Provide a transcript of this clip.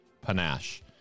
panache